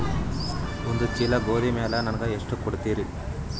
ಒಂದ ಚೀಲ ಗೋಧಿ ಮ್ಯಾಲ ನನಗ ಎಷ್ಟ ಕೊಡತೀರಿ?